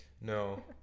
No